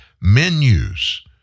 menus